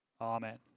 Amen